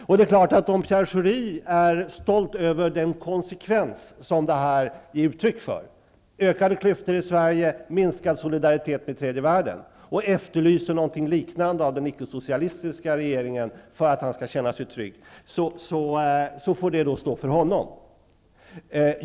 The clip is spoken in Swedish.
Om Pierre Schori är stolt över den konsekvens som det är uttryck för -- ökade klyftor i Sverige, minskad solidaritet med tredje världen -- och efterlyser någonting liknande av den icke-socialistiska regeringen för att han skall känna sig trygg får det stå för honom.